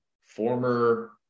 Former